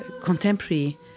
contemporary